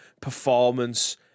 performance